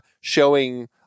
showing